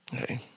Okay